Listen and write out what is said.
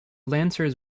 lancers